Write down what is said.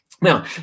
Now